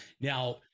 now